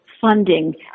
funding